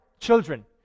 Children